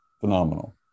Phenomenal